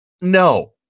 no